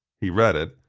he read it,